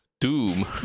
Doom